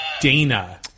Dana